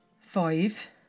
Five